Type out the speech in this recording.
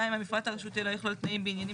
2. המפרט הרשותי לא יכלול תנאים בעניינים